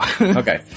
Okay